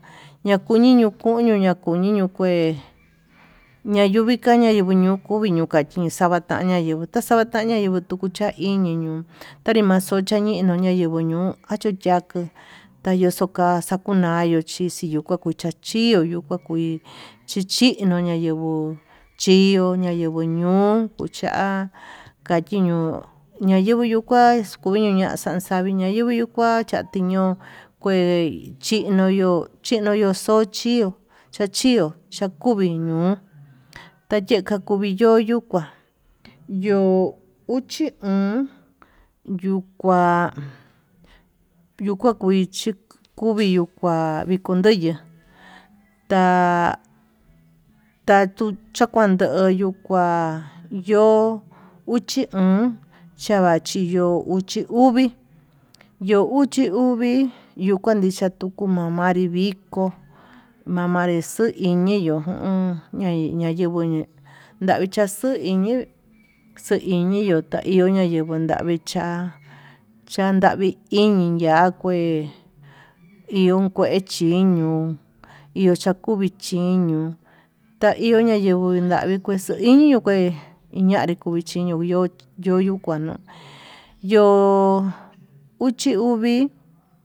Ñakuñiño koño ña'a kuñiño kué ñayuvika ña'a kumiño komi yika'a chixavataña yenguo xavataña yenguo tuku cha'a iñi, ño'o tanri maxoka yenguo tanri ñoñuu achuyakia tayuxuka xakunañu chí, chiya kucha chiu yuu kuá kui chichino nayenguó chiyuu nayenguo ño'o cha'a kachiño nayenguo yuu kuá, kuño ña'a xandavi mayenguo yuu kua chatiño kuei chiño ño'o chiño yo'o xo'o chió chachio chakuvi ño'o, tayeka kuvii yo'o yuu kuá yo'o uchi o'on yuu kua yuu kua kuichi kuvii yuu kuá vikon ndoyo'ó, ta'a tayuu kuachan ndoyo kuá yo'ó uchi o'on chava chiyo uchí uvii yo'ó uchi uvii yuu kuan ixa'a tukuu yuu mamanri viko mamanri xuu iyeun o'on, ñai ñayenguo manri chaxui yii yuyia yaio xandegui ya'a yavii cha'a chandavi iñi ya'a kué ihon kue chiño, iho chakuvi chi ño'o taio ñayeguo manri kuxu iño'o kue ñanri kuu nachino ihó yuyu kua nuu yo'o uchi uvii.